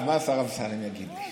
מה השר אמסלם יגיד לי?